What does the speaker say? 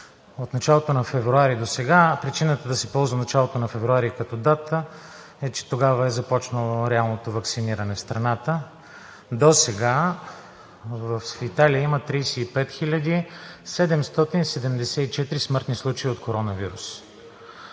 От началото на февруари досега причината да се ползва началото на февруари като дата е, че тогава е започнало реалното ваксиниране в страната, а досега в Италия има 35 774 смъртни случая от коронавирус.